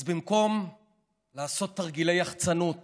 אז במקום לעשות תרגילי יחצנות